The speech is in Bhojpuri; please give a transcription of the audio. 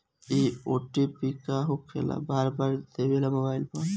इ ओ.टी.पी का होकेला बार बार देवेला मोबाइल पर?